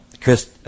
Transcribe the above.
Chris